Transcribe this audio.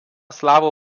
slavų